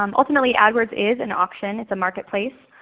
um ultimately adwords is an auction. it's a marketplace.